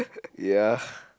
ya